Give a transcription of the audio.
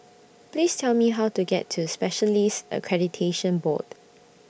Please Tell Me How to get to Specialists Accreditation Board